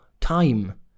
time